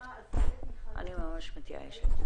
מתייאשת.